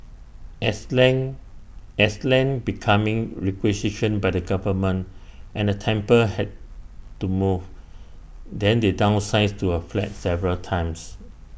as land as land becoming requisitioned by the government and the temple had to move then they downsize to A flat several times